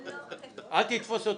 אין הצעה לתיקון החקיקה (71) של קבוצת